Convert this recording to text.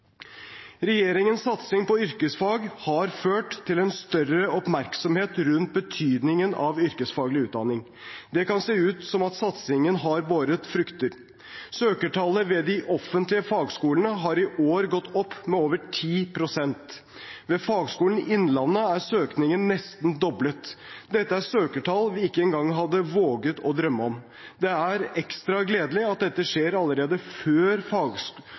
Regjeringens satsing på yrkesfag har ført til en større oppmerksomhet rundt betydningen av yrkesfaglig utdanning. Det kan se ut som om satsingen har båret frukter. Søkertallet ved de offentlige fagskolene har i år gått opp med over 10 pst. Ved Fagskolen Innlandet er søkningen nesten doblet. Dette er søkertall vi ikke engang hadde våget å drømme om. Det er ekstra gledelig at dette skjer allerede før